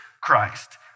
Christ